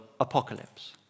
apocalypse